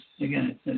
again